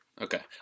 Okay